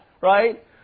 right